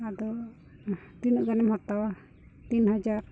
ᱟᱫᱚ ᱛᱤᱱᱟᱹᱜ ᱜᱟᱱᱮᱢ ᱦᱟᱛᱟᱣᱟ ᱛᱤᱱ ᱦᱟᱡᱟᱨ